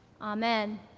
Amen